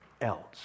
else